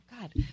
God